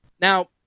Now